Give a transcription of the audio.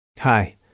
Hi